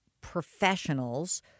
professionals